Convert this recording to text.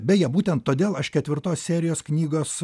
beje būtent todėl aš ketvirtos serijos knygos